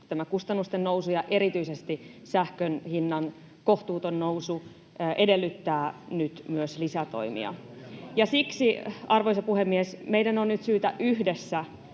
kustannusten nousu, erityisesti sähkön hinnan kohtuuton nousu, edellyttää nyt myös lisätoimia, ja siksi, arvoisa puhemies, meidän on nyt syytä yhdessä